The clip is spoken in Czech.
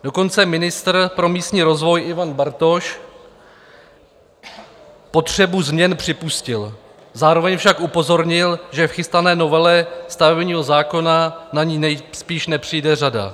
Dokonce ministr pro místní rozvoj Ivan Bartoš potřebu změn připustil, zároveň však upozornil, že v chystané novele stavebního zákona na ni nejspíš nepřijde řada.